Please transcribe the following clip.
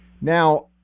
Now